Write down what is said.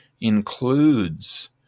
includes